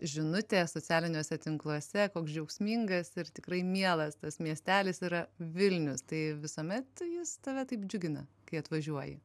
žinutė socialiniuose tinkluose koks džiaugsmingas ir tikrai mielas tas miestelis yra vilnius tai visuomet jis tave taip džiugina kai atvažiuoji